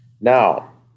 Now